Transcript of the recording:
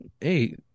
Hey